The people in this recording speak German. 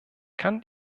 kann